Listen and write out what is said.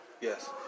Yes